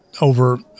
over